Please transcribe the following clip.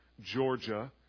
Georgia